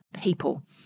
people